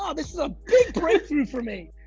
ah this is a big breakthrough for me.